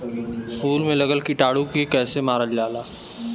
फूल में लगल कीटाणु के कैसे मारल जाला?